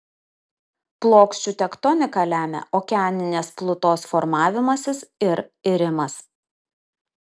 plokščių tektoniką lemia okeaninės plutos formavimasis ir irimas